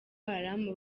haram